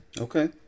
Okay